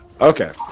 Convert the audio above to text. Okay